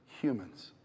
humans